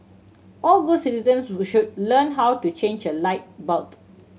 all good citizens should learn how to change a light bulb